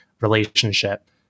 relationship